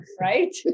right